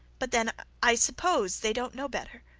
but then i suppose they don't know better,